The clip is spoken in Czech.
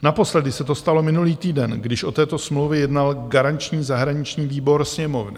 Naposledy se to stalo minulý týden, když o této smlouvě jednal garanční zahraniční výbor Sněmovny.